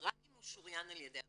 רק אם הוא שוריין על ידי המשרדים.